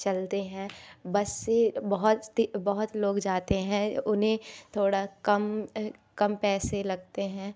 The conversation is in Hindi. चलते हैं बस से बोहोत बहुत लोग जाते हैं उन्हें थोड़ा कम कम पैसे लगते हैं